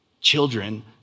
children